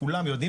כולם יודעים,